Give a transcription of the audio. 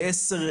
10,